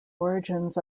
origins